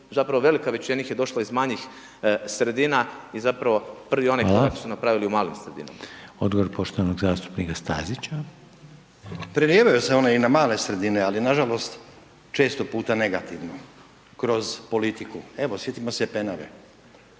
zapravo velika većina njih je došla iz manjih sredina i zapravo prvi onaj korak su napravili u malim sredinama. **Reiner, Željko (HDZ)** Odgovor poštovanog zastupnika Stazića. **Stazić, Nenad (SDP)** Prelijevaju se one i na male sredine, ali nažalost često puta negativno kroz politiku. Evo sjetimo se Penave.